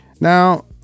Now